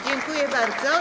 Dziękuję bardzo.